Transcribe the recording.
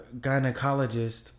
gynecologist